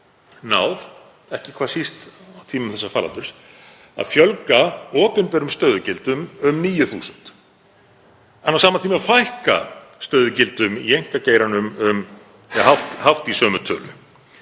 náð, ekki hvað síst á tímum þessa faraldurs, að fjölga opinberum stöðugildum um 9.000 en á sama tíma að fækka stöðugildum í einkageiranum um hátt í sömu tölu.